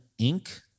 Inc